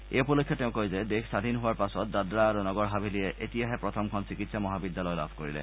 এই উপলক্ষে তেওঁ কয় যে দেশ স্বধীন হোৱাৰ পাছত দাদৰা আৰু নগৰ হাভেলীয়ে আজি প্ৰথমখন চিকিৎসা মহাবিদ্যলায় লাভ কৰিলে